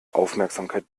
aufmerksamkeit